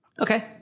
Okay